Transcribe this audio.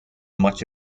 much